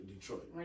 Detroit